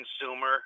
consumer